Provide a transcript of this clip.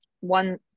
one